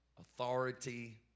authority